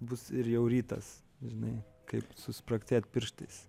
bus ir jau rytas žinai kaip suspragsėt pirštais